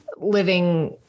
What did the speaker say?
living